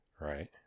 Right